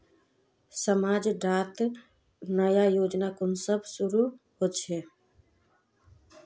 समाज डात नया योजना कुंसम शुरू होछै?